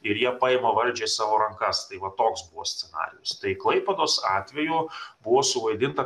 ir jie paima valdžią į savo rankas tai va toks scenarijus klaipėdos atveju buvo suvaidinta